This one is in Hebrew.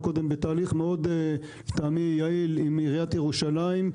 אנחנו בתהליך מאוד יעיל עם עיריית ירושלים.